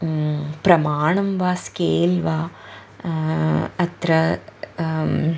प्रमाणं वा स्केल् वा अत्र